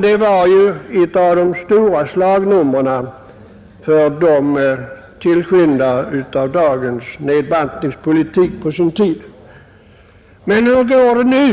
Detta var på sin tid ett av de stora slagnumren för tillskyndarna av dagens nedbantningspolitik i fråga om jordbruket. Men hur går det nu